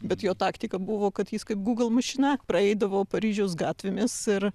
bet jo taktika buvo kad jis kaip google mašina praeidavo paryžiaus gatvėmis ir